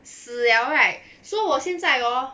死了 right so 我现在 hor